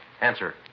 Answer